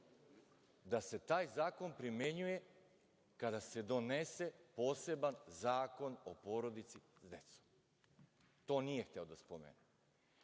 da se taj zakon primenjuje kada se donese poseban zakon o porodici i deci. To nije hteo da spomene.